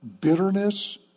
Bitterness